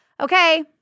Okay